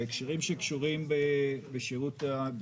בהקשרים שקשורים לשב"ס